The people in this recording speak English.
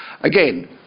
again